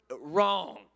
Wrong